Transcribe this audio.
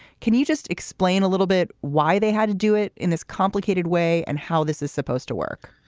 can you just explain a little bit why they had to do it in this complicated way and how this is supposed to work?